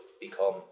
become